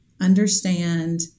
understand